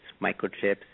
microchips